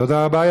תודה רבה.